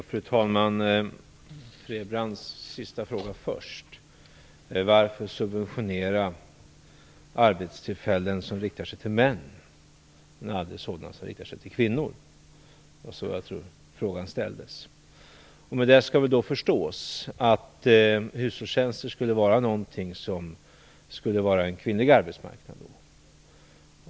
Fru talman! Jag börjar med Rose-Marie Frebrans fråga. Hon undrade varför man subventionerar arbetstillfällen som riktar sig till män men aldrig sådana som riktar sig till kvinnor. Med detta skall då förstås att hushållstjänster skulle vara någonting som representerar en kvinnlig arbetsmarknad.